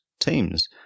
teams